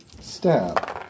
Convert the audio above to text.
stab